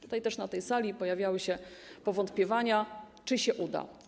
Też na tej sali pojawiały się powątpiewania, czy się uda.